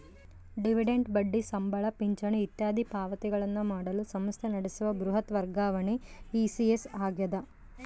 dividend ಬಡ್ಡಿ ಸಂಬಳ ಪಿಂಚಣಿ ಇತ್ಯಾದಿ ಪಾವತಿಗಳನ್ನು ಮಾಡಲು ಸಂಸ್ಥೆ ನಡೆಸುವ ಬೃಹತ್ ವರ್ಗಾವಣೆ ಇ.ಸಿ.ಎಸ್ ಆಗ್ಯದ